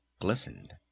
glistened